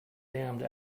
damned